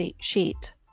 sheet